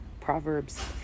Proverbs